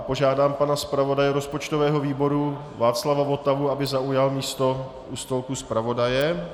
Požádám pana zpravodaje rozpočtového výboru Václava Votavu, aby zaujal místo u stolku zpravodaje.